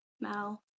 Mal